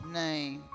name